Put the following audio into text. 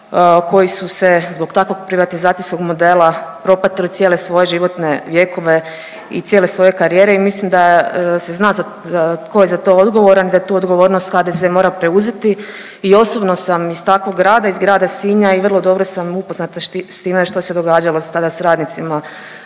koji su se zbog takvog privatizacijskog modela propatili cijele svoje životne vjekove i cijele svoje karijere i mislim da se zna tko je za to odgovoran i da tu odgovornost HDZ mora preuzeti. I osobno sam iz takvog grada, iz grada Sinja i vrlo dobro sam upoznata s time što se događalo tada s radnicima